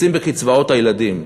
מקצצים בקצבאות הילדים.